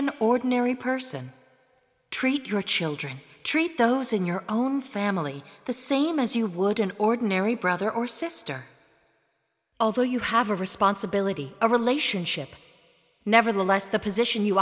an ordinary person treat your children treat those in your own family the same as you would an ordinary brother or sister although you have a responsibility a relationship nevertheless the position you